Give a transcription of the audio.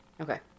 Okay